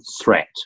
threat